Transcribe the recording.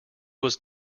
was